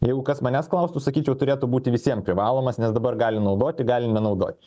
jeigu kas manęs klaustų sakyčiau turėtų būti visiem privalomas nes dabar gali naudoti gali nenaudoti